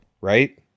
right